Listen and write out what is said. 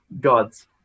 God's